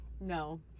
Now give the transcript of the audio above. no